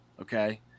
Okay